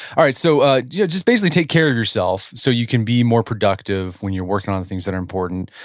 all right, so ah you know just basically take care of yourself, so you can be more productive when you're working on the things that are important.